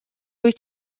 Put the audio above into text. wyt